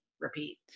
repeat